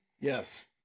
Yes